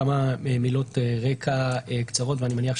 כמה מילות רגע קצרות ואני מניח,